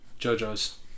JoJo's